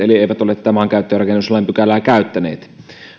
eli eivät ole tätä maankäyttö ja rakennuslain pykälää käyttäneet